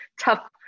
tough